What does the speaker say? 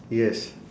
yes